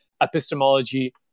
epistemology